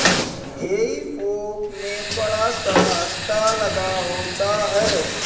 हेई फोक में बड़ा सा हत्था लगा होता है